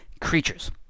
creatures